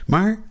Maar